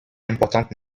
importante